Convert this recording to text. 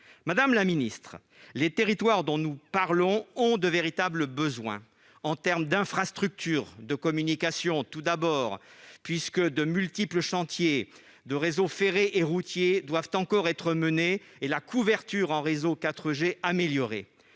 Madame la ministre, les territoires dont nous parlons ont de véritables besoins. Ces besoins concernent tout d'abord les infrastructures de communication, puisque de multiples chantiers de réseaux ferrés et routiers doivent encore être menés et la couverture en réseau 4G améliorée.